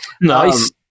Nice